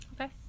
Okay